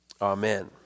Amen